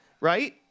right